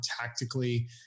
tactically